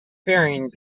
varying